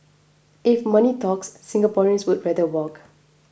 if money talks Singaporeans would rather walk